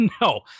No